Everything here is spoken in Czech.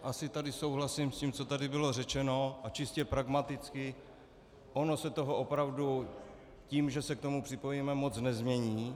Asi tady souhlasím s tím, co tady bylo řečeno, a čistě pragmaticky, ono se toho opravdu tím, že se k tomu připojíme, moc nezmění.